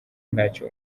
ntacyo